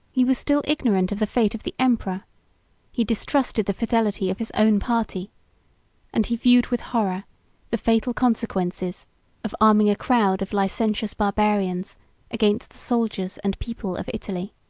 he was still ignorant of the fate of the emperor he distrusted the fidelity of his own party and he viewed with horror the fatal consequences of arming a crowd of licentious barbarians against the soldiers and people of italy.